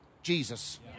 Jesus